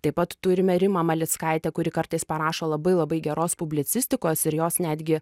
taip pat turime rimą malickaitę kuri kartais parašo labai labai geros publicistikos ir jos netgi